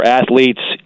athletes